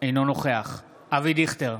אינו נוכח אבי דיכטר,